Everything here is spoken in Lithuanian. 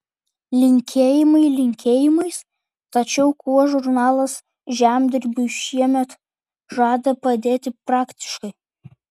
linkėjimai linkėjimais tačiau kuo žurnalas žemdirbiui šiemet žada padėti praktiškai